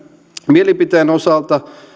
mielipiteen osalta